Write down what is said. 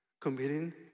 committing